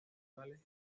habituales